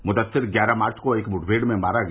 मुदस्सिर ग्यारह मार्च को एक मुठभेड़ में मारा गया